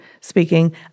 speaking